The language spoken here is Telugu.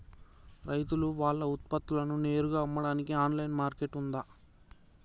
రైతులు వాళ్ల ఉత్పత్తులను నేరుగా అమ్మడానికి ఆన్లైన్ మార్కెట్ ఉందా?